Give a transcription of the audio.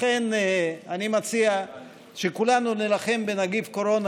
לכן אני מציע שכולנו נילחם בנגיף הקורונה